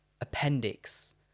appendix